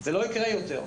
זה לא יקרה יותר.